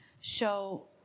show